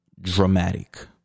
dramatic